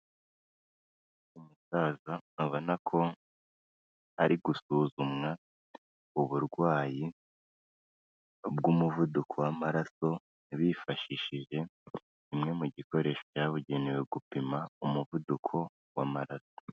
Umusaza abona ko ari gusuzumwa uburwayi bw'umuvuduko w'amaraso, bifashishije bimwe mu gikoresho byabugenewe gupima umuvuduko w'amaraso.